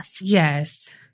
Yes